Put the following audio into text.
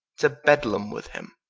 to bedlem with him,